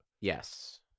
yes